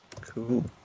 Cool